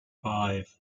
five